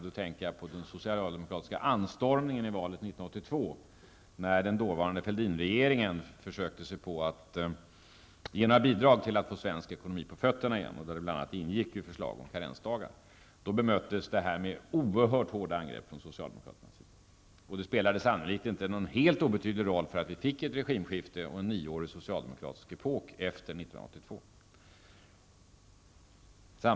Då tänker jag på den socialdemokratiska anstormningen inför valet 1982, när den dåvarande Fälldinregeringen försökte sig på att ge några bidrag till att få svensk ekonomi på fötterna igen och där det bl.a. ingick ett förslag om karensdagar. Då bemöttes det med oerhört hårda angrepp från socialdemokraternas sida, och det spelade sannolikt inte en helt obetydlig roll för att vi fick ett regimskifte och en nioårig socialdemokratisk epok efter 1982 års val.